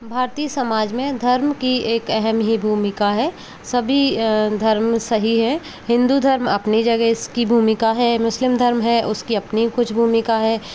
भारतीय समाज में धर्म की एक अहम ही भूमिका है सभी धर्म सही है हिन्दू धर्म अपनी जगह इसकी भूमिका है मुस्लिम धर्म है उसकी अपनी कुछ भूमिका है